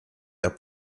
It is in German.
der